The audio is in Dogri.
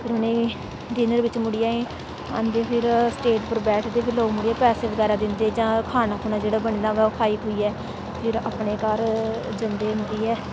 फिर उनेंगी डिनर बिच मुडि़यै आंदे फिर ओह् स्टेज उप्पर बैठदे फिर लोग मुड़ियै पैसे बगैरा दिंदे जां खाना जेहड़ा बनदा ओह् खाई खोइयै फिर अपने घार जंदे मुड़ियै